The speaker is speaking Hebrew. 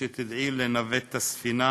ושתדעי לנווט את הספינה